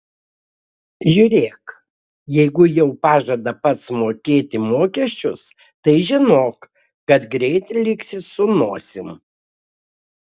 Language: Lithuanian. žiūrėk jeigu jau pažada pats mokėti mokesčius tai žinok kad greit liksi su nosim